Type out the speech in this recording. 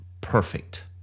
perfect